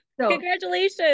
Congratulations